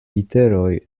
literoj